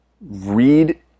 Read